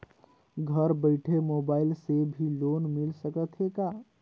घर बइठे मोबाईल से भी लोन मिल सकथे का?